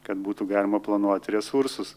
kad būtų galima planuoti resursus